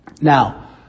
Now